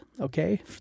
okay